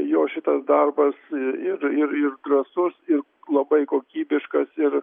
jo šitas darbas ir ir drąsus ir labai kokybiškas ir